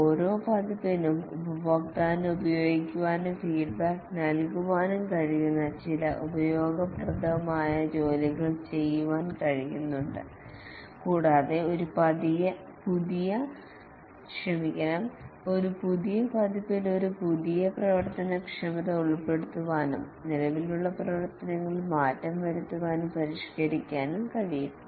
ഓരോ പതിപ്പിനും ഉപഭോക്താവിന് ഉപയോഗിക്കാനും ഫീഡ്ബാക്ക് നൽകാനും കഴിയുന്ന ചില ഉപയോഗപ്രദമായ ജോലികൾ ചെയ്യാൻ കഴിവുണ്ട് കൂടാതെ ഒരു പുതിയ പതിപ്പിൽ ഒരു പുതിയ പ്രവർത്തനക്ഷമത ഉൾപ്പെടുത്താനും നിലവിലുള്ള പ്രവർത്തനങ്ങളിൽ മാറ്റം വരുത്താനും പരിഷ്കരിക്കാനും കഴിയും